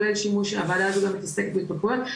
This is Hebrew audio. הוועדה הזאת גם מתעסקת בהתמכרויות,